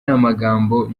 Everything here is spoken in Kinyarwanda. amagambo